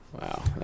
Wow